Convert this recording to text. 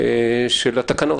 של התקנות.